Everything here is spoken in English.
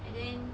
and then